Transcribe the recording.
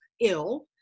ill